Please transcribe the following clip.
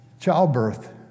Childbirth